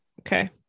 Okay